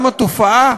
גם התופעה